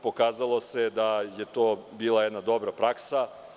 Pokazalo se da je to bila jedna dobra praksa.